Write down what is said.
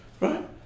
Right